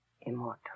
immortal